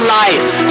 life